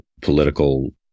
political